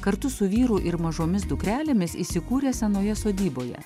kartu su vyru ir mažomis dukrelėmis įsikūrė senoje sodyboje